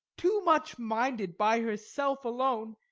too much minded by herself alone,